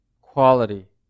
quality